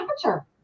temperature